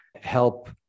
help